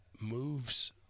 moves